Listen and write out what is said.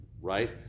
right